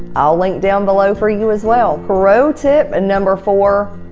i'll link down below for you as well. pro tip ah number four,